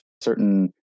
certain